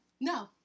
no